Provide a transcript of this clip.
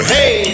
Hey